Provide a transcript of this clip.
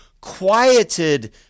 quieted